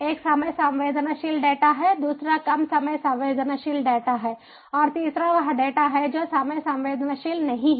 एक समय संवेदनशील डेटा है दूसरा कम समय संवेदनशील डेटा है और तीसरा वह डेटा है जो समय संवेदनशील नहीं है